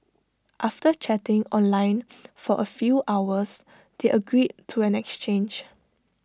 after chatting online for A few hours they agreed to an exchange